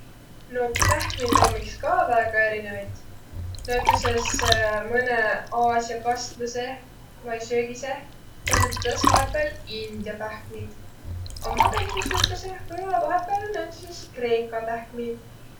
No pähkmit om iks ka väega erinevit. Näütüses mõnõ aasia kastmõ seeh vai söögi seeh kasutadas vahepääl india pähkmiid. A magõhidõ süüke seeh või ollaq vahepääl näütüses kreeka pähkmiid.